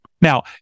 Now